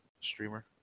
streamer